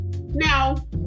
now